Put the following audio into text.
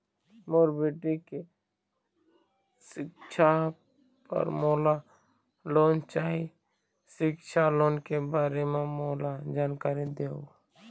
मोर बेटी के सिक्छा पर मोला लोन चाही सिक्छा लोन के बारे म मोला जानकारी देव?